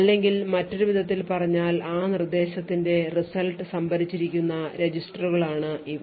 അല്ലെങ്കിൽ മറ്റൊരു വിധത്തിൽ പറഞ്ഞാൽ ആ നിർദ്ദേശത്തിന്റെ result സംഭരിച്ചിരിക്കുന്ന രജിസ്റ്ററുകളാണ് ഇവ